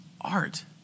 art